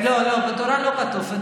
לא, לא, בתורה זה לא כתוב.